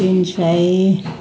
तिन सय